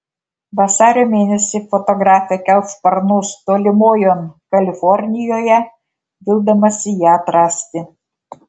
vasario mėnesį fotografė kels sparnus tolimojon kalifornijoje vildamasi ją atrasti